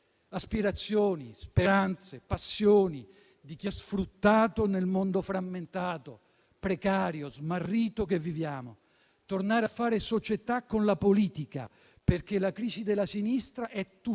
aspirazioni, speranze, passioni di chi è sfruttato, nel mondo frammentato, precario, smarrito che viviamo. Tornare a fare società con la politica, perché la crisi della sinistra è tutt'uno